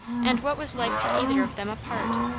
and what was life to either of them apart?